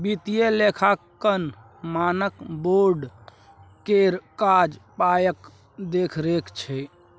वित्तीय लेखांकन मानक बोर्ड केर काज पायक देखरेख छै